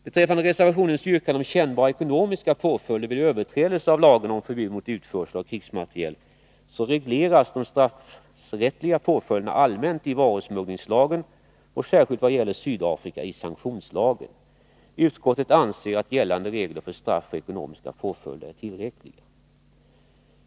Beträffande reservationens yrkande om kännbara ekonomiska påföljder vid överträdelse av lagen om förbud mot utförsel av krigsmateriel, vill jag säga att de straffrättsliga påföljderna alltmänt regleras i varusmugglingslagen och särskilt vad gäller Sydafrika i sanktionslagen. Utskottet anser att gällande regler för straff och ekonomiska påföljder är tillräckliga.